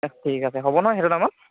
অঁ ঠিক আছে হ'ব নহয় সেইটো টাইমত